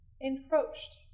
encroached